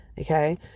okay